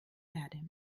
erde